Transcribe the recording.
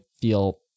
feel